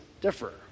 differ